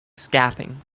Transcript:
scathing